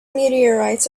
meteorites